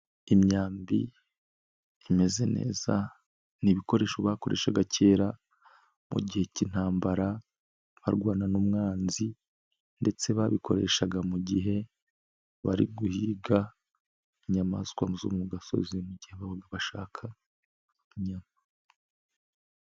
Imyambi imeze neza, ni ibikoresho bakoreshaga kera mu gihe cy'intambara barwana nuumwanzi, ndetse babikoreshaga mu gihe bari guhiga inyamaswa zo mu gasozi mu gihe ababaga bashaka inyama.